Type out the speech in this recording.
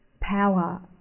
power